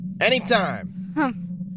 Anytime